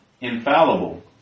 infallible